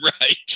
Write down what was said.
right